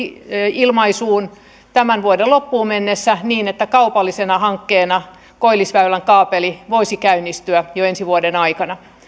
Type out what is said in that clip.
ilmaisuun tämän vuoden loppuun mennessä niin että kaupallisena hankkeena koillisväylän kaapeli voisi käynnistyä jo ensi vuoden aikana